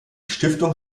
stiftung